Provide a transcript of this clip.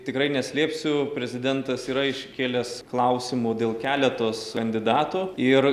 tikrai neslėpsiu prezidentas yra iškėlęs klausimų dėl keletos kandidatų ir